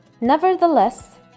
Nevertheless